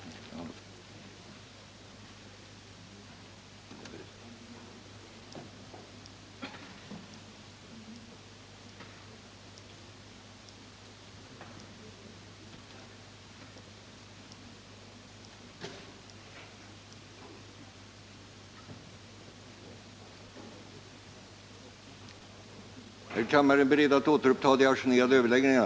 a. har vid flera tillfällen rapporterats att värnpliktiga på grund av hårda fysiska påfrestningar erhållit skador med dödlig utgång. Ärstatsrådet villig att medverka till att skyddsombud eller förbandsnämnd ges tillfälle till samråd vid planering av krigsövningar?